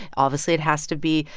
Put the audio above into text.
obviously, it has to be,